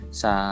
sa